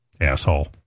asshole